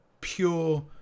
pure